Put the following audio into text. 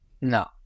no